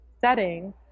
setting